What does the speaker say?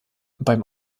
beim